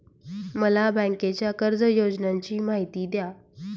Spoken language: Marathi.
मला बँकेच्या कर्ज योजनांची माहिती द्या